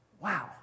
Wow